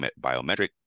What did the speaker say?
biometric